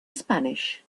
spanish